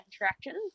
interactions